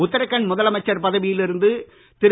உத்தராகண்ட் முதலமைச்சர் பதவியில் இருந்து திரு